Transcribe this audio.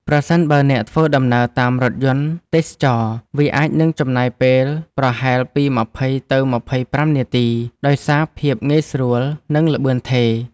ប្រសិនបើអ្នកធ្វើដំណើរតាមរថយន្តទេសចរណ៍ វាអាចនឹងចំណាយពេលប្រហែលពី ២០ ទៅ ២៥ នាទី ដោយសារភាពងាយស្រួល និងល្បឿនថេរ។